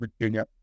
Virginia